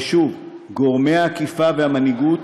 ושוב, גורמי האכיפה והמנהיגות,